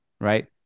right